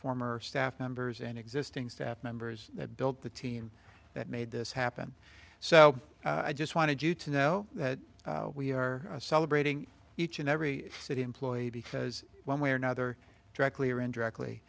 former staff members and existing staff members that built the team that made this happen so i just wanted you to know that we are celebrating each and every city employee because one way or another directly or indirectly